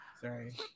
Sorry